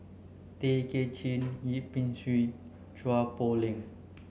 Tay Kay Chin Yip Pin Xiu Chua Poh Leng